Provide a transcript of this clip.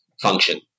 function